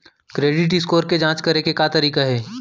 Credit score के जाँच करे के का तरीका हे?